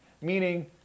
Meaning